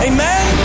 Amen